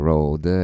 Road